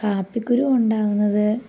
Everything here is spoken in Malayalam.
കാപ്പിക്കുരു ഉണ്ടാകുന്നത്